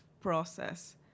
process